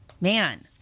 Man